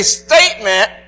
statement